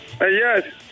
Yes